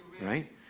right